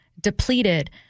depleted